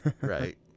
right